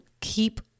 keep